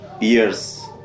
years